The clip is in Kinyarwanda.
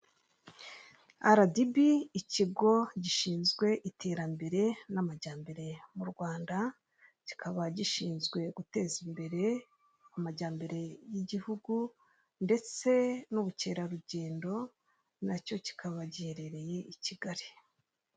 RDB ikigo gishinzwe iterambere n'amajyambere mu Rwanda kikaba gishinzwe guteza imbere amajyambere y'igihugu ndetse n'ubukerarugendo nacyo kikaba giherereye i KIGALI